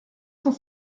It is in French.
cent